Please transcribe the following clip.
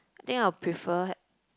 I think I'll prefer